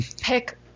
pick